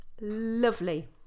lovely